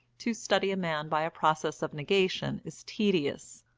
to study a man by a process of negation is tedious,